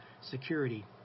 security